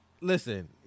Listen